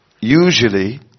usually